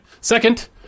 second